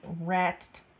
rat